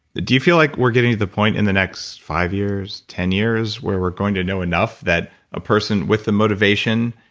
do you feel like we're getting to the point in the next five years, ten years, where we're going to know enough that a person with the motivation,